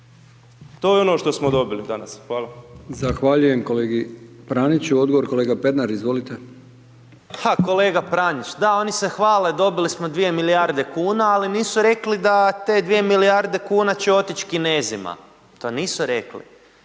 To je ono što smo dobili danas. Hvala. **Brkić, Milijan (HDZ)** Zahvaljujem kolegi Praniću. Odgovor kolega Pernar, izvolite. **Pernar, Ivan (Živi zid)** Ha, kolega Pranić, da oni se hvale, dobili smo dvije milijarde kuna, ali nisu rekli da te dvije milijarde kuna će otići Kinezima. To nisu rekli.